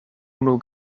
unu